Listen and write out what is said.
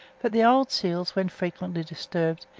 but the old seals, when frequently disturbed,